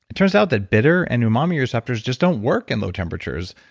and turns out that bitter and umami receptors just don't work in low temperatures.